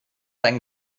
dein